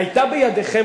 היתה בידכם,